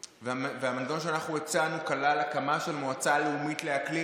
המנגנון שאנחנו הצענו כלל הקמה של מועצה לאומית לאקלים